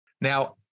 Now